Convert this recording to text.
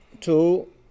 two